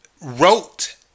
wrote